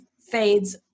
fades